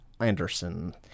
Anderson